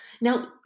Now